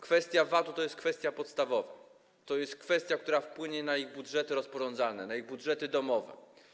kwestia VAT-u to jest kwestia podstawowa, to jest kwestia, która wpłynie na ich budżety rozporządzalne, na ich budżety domowe.